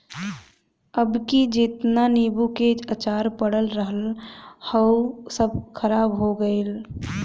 अबकी जेतना नीबू के अचार पड़ल रहल हअ सब खराब हो गइल